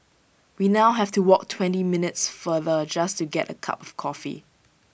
we now have to walk twenty minutes farther just to get A cup of coffee